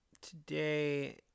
today